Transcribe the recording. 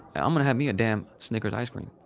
i'm gonna have me a damn snickers ice cream.